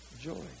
joy